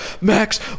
Max